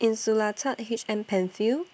Insulatard H M PenFill